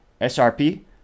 SRP